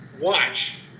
watch